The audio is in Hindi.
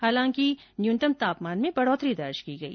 हालांकि न्यूनतम तापमान में बढ़ोतरी दर्ज की गई